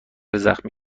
زخمی